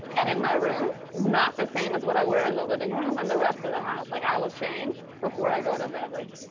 and in my room is not the same as what i wear in the living room and the rest of the house. like, i will change before i go to bed. like,